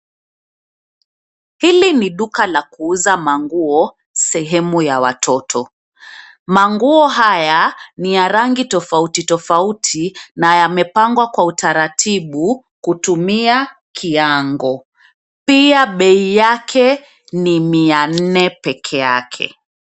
Hili ni duka la kuuza manguo sehemu ya watoto. Manguo haya ni ya rangi tofauti tofauti na yamepangwa kwa utaratibu kutumia kiango. Pia bei yake ni mia nne peke yake.